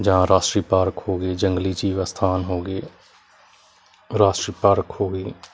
ਜਾਂ ਰਾਸ਼ਟਰੀ ਪਾਰਕ ਹੋ ਗਈ ਜੰਗਲੀ ਜੀਵ ਅਸਥਾਨ ਹੋ ਗਏ ਰਾਸ਼ਟਰੀ ਪਾਰਕ ਹੋ ਗਈ